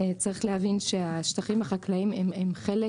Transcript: צריך להבין שהשטחים החקלאיים הם חלק